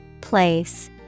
Place